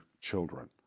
children